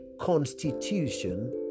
constitution